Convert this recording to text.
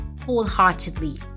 wholeheartedly